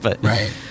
Right